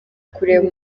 kureba